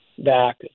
back